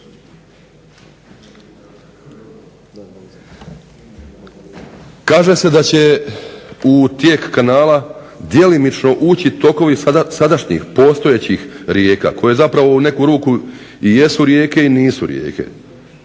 Kaže se da će u tijek kanala djelomično ući tokovi sadašnjih postojećih rijeka, koje u neku ruku jesu i nisu rijeke.